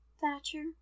Thatcher